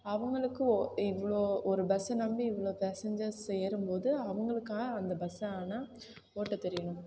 அவங்களுக்கு இவ்வளோ ஒரு பஸ்ஸை நம்பி இவ்வளோ பேசஞ்சர்ஸ் ஏறும்போது அவங்களுக்காக அந்த பஸ்ஸை ஆனால் ஓட்ட தெரியணும்